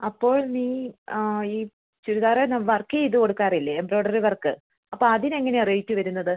അപ്പോൾ നീ ഈ ചുരിദാറില് വർക്ക് ചെയ്ത് കൊടുക്കാറില്ലേ എംബ്രോയിഡറി വർക്ക് അപ്പോള് അതിന് എങ്ങനെയാണ് റേറ്റ് വരുന്നത്